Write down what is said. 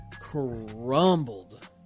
Crumbled